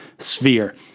sphere